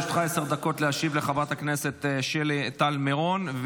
לרשותך עשר דקות להשיב לחברת הכנסת שלי טל מירון.